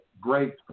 great